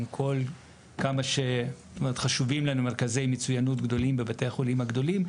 עם כל כמה שחשובים לנו מרכזי מצוינות גדולים בבתי חולים גדולים,